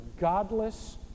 godless